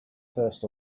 first